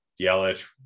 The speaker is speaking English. Yelich